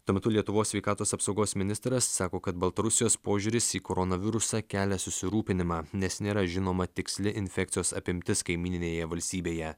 tuo metu lietuvos sveikatos apsaugos ministras sako kad baltarusijos požiūris į koronavirusą kelia susirūpinimą nes nėra žinoma tiksli infekcijos apimtis kaimyninėje valstybėje